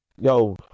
yo